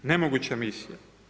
Nemoguća misija.